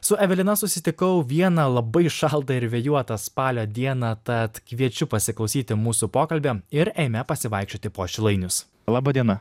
su evelina susitikau vieną labai šaltą ir vėjuotą spalio dieną tad kviečiu pasiklausyti mūsų pokalbio ir eime pasivaikščioti po šilainius laba diena